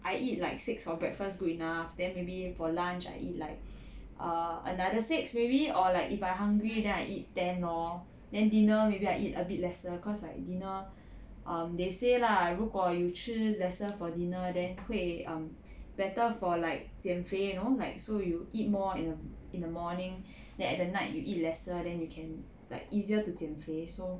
I eat like six for breakfast good enough then maybe for lunch I eat like err another six maybe or like if I hungry then I eat ten lor then dinner maybe I eat a bit lesser cause like dinner um they say lah 如果 you 吃 lesser for dinner then 会 um better for like 减肥 you know like so you eat more in the in the morning then at the night you eat lesser then you can like easier to 减肥 so